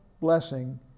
blessing